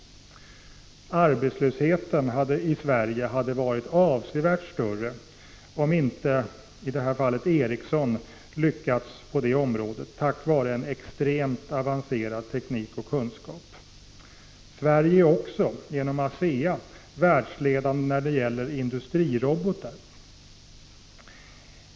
Arbetslösheten i Sverige hade varit avsevärt större om inte i detta fall Ericsson lyckats på det området, tack vare en extremt avancerad teknik och kunskap. Sverige är också genom ASEA världsledande när det gäller industrirobotar.